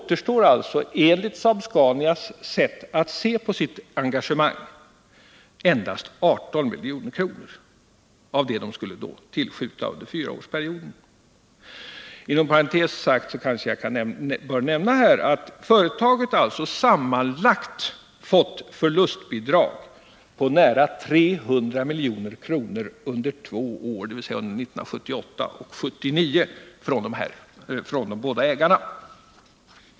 Enligt Saab-Scanias sätt att se på sitt engagemang återstår endast 18 milj.kr. av det belopp som man skulle tillskjuta under fyraårsperioden. Inom parentes bör nämnas att Datasaab alltså från de båda ägarna sammanlagt fått förlustbidrag på nära 300 milj.kr. under två år, dvs. under 1978 och 1979.